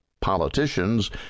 Politicians